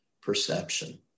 perception